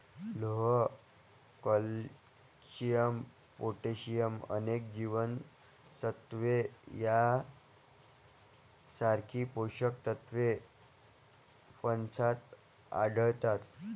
लोह, calcium, potassium आणि जीवनसत्त्वे यांसारखी पोषक तत्वे फणसात आढळतात